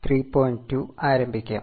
2 ആരംഭിക്കാം